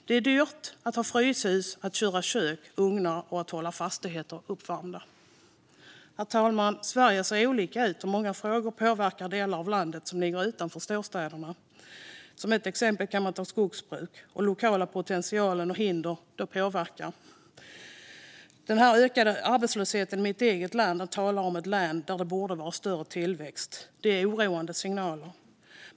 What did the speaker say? Det är dyrt att ha fryshus, att köra kök och ugnar och att hålla fastigheter uppvärmda. Herr talman! Sverige ser olika ut, och många frågor påverkar delar av landet som ligger utanför storstäderna. Som exempel kan jag nämna skogsbruket. Lokala potentialer och hinder påverkar. Arbetslösheten har ökat i mitt eget län. Då talar vi om ett län där det borde vara större tillväxt. Det är oroande signaler.